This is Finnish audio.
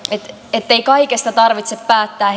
ettei kaikesta tarvitse päättää